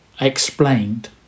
explained